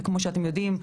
וכמו שאתם יודעים,